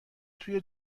توی